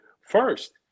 first